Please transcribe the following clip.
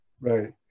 Right